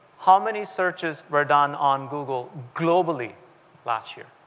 how many searches were done on google globe ally last year?